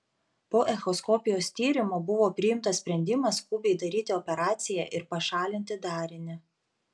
po echoskopijos tyrimo buvo priimtas sprendimas skubiai daryti operaciją ir pašalinti darinį